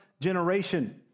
generation